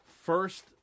first